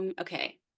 Okay